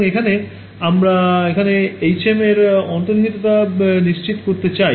সুতরাং এখানে আমরা এখানে hm এর অন্তর্নিহিততা নিশ্চিত করতে চাই